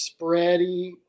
spready